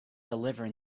deliver